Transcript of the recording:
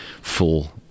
full